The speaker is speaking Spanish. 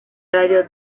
radio